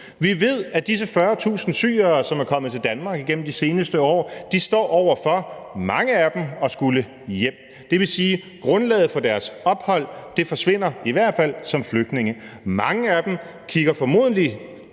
Vi ved, at disse 40.000 syrere, som er kommet til Danmark igennem de seneste år, står over for, mange af dem, at skulle hjem, og det vil sige, at grundlaget for deres ophold forsvinder, i hvert fald som flygtninge. Mange af dem kigger formodentlig